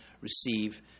receive